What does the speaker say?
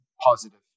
positive